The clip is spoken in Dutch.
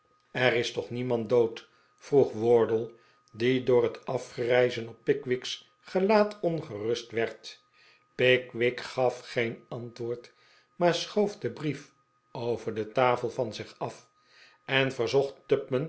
er is toch niemand dood vroeg wardle r die door het afgrijzen op pickwick's gelaat ongerust werd pickwick gaf geen antwoord maar schoof den brief over de tafel van zich af en ver